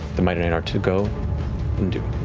the mighty nein are to go and do.